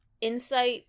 insight